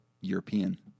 European